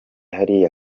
hariya